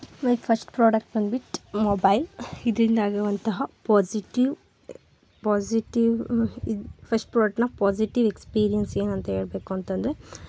ಮೈ first product ಬಂದ್ಬಿಟ್ಟು mobile ಇದರಿಂದಾಗಿರುವಂತಹ positive positive first ಪ್ರಾಡಕ್ಟ್ನ ಪೊಝಿಟಿವ್ ಎಕ್ಸ್ಪಿರಿಯನ್ಸ್ ಏನಂತ ಹೇಳಬೇಕು ಅಂತಂದರೆ